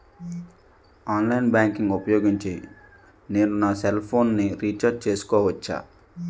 Online banking ఊపోయోగించి నేను నా సెల్ ఫోను ని రీఛార్జ్ చేసుకోవచ్చా?